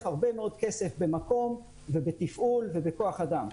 הרבה מאוד כסף במקום ובתפעול ובכוח אדם.